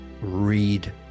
read